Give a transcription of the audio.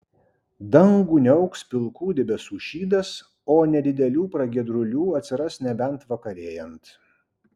dangų niauks pilkų debesų šydas o nedidelių pragiedrulių atsiras nebent vakarėjant